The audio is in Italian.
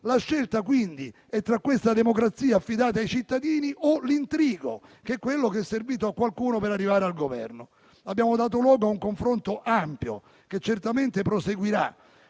La scelta, quindi, è tra questa democrazia affidata ai cittadini o l'intrigo (quello che è servito a qualcuno per arrivare al Governo). Abbiamo dato luogo a un confronto ampio, che certamente proseguirà,